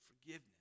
forgiveness